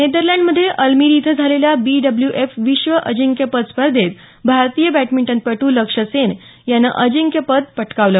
Netherland मध्ये Almere इथं झालेल्या बी डब्ल्यू एफ विश्व अजिंक्यपद स्पर्धेत भारतीय बॅडमिंटनपटू लक्ष्य सेन यानं अजिंक्यपद पटकावलं